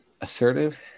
assertive